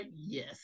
Yes